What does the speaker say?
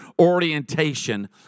orientation